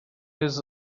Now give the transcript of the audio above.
his